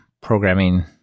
programming